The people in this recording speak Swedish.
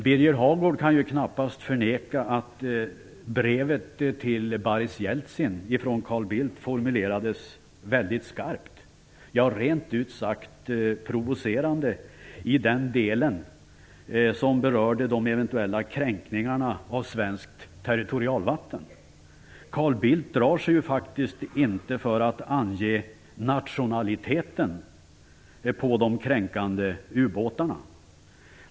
Birger Hagård kan knappast förneka att brevet från Carl Bildt till Boris Jeltsin formulerades väldigt skarpt, rent ut sagt provocerande, i den del som berörde de eventuella kränkningarna av svenskt territorialvatten. Carl Bildt drar sig ju faktiskt inte för att ange nationaliteten på de kränkande ubåtarna.